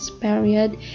period